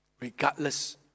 regardless